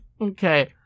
Okay